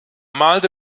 malte